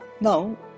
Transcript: now